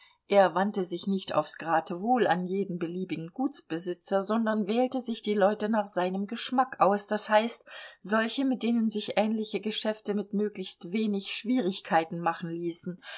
er wandte sich nicht aufs geratewohl an jeden beliebigen gutsbesitzer sondern wählte sich die leute nach seinem geschmack d h solche mit denen sich ähnliche geschäfte mit möglichst wenig schwierigkeiten machen ließen